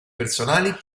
personali